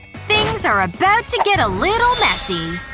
things are about to get a little messy.